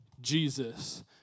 Jesus